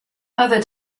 other